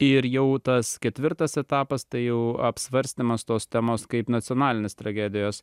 ir jau tas ketvirtas etapas tai jau apsvarstymas tos temos kaip nacionalinės tragedijos